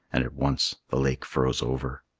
and at once the lake froze over.